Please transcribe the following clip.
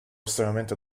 estremamente